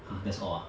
!huh! that's all ah